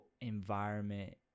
environment